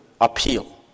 appeal